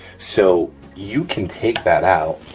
so you can take that out,